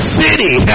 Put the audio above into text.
city